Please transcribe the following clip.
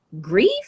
grief